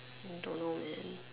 don't know man